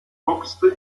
boxte